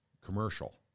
Commercial